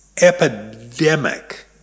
epidemic